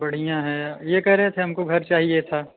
बढ़िया हैं यह कह रहे थे हमको घर चाहिए था